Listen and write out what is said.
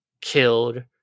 killed